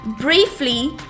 briefly